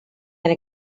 and